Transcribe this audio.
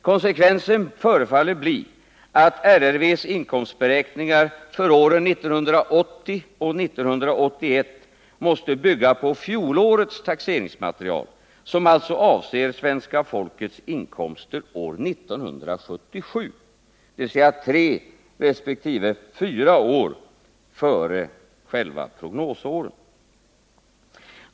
Konsekvensen förefaller bli att RRV:s inkomstberäkningar för åren 1980 och 1981 måste bygga på fjolårets taxeringsmaterial, som alltså avser svenska folkets inkomster år 1977, dvs. tre resp. fyra år före själva prognosåren.